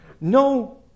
no